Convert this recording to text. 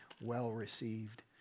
well-received